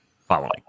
following